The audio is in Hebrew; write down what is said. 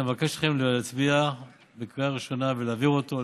אני מבקש מכם להצביע בקריאה ראשונה ולהעביר את ההצעה